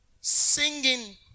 singing